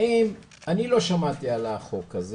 אני לא שמעתי על החוק הזה